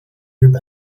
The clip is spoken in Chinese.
日本